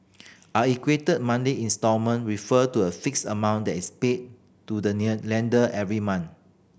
an equated monthly instalment refer to a fixed amount that is paid to the lender every month